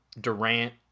Durant